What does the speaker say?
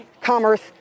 Commerce